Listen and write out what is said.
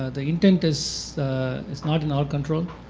the intent is is not in our control.